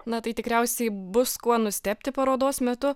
na tai tikriausiai bus kuo nustebti parodos metu